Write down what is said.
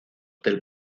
del